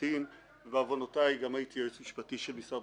ואני מחזיק מעצמי כמי שקצת עוסק בנושא,